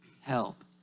help